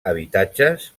habitatges